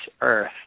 earth